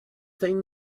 thing